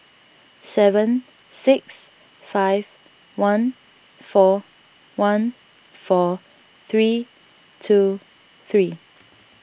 seven six five one four one four three two three